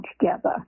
together